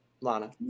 Lana